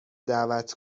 دعوت